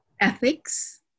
ethics